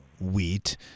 wheat